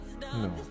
No